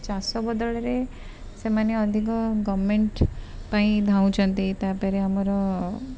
ଚାଷ ବଦଳରେ ସେମାନେ ଅଧିକ ଗଭ୍ମେଣ୍ଟ ପାଇଁ ଧାଉଁଛନ୍ତି ତା'ପରେ ଆମର